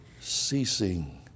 ceasing